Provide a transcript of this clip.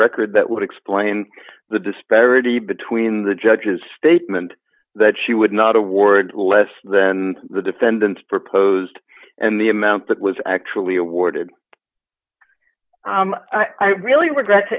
record that would explain the disparity between the judge's statement that she would not award less than the defendants proposed and the amount that was actually awarded i really regret